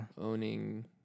Owning